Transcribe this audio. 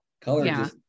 Color